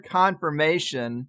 confirmation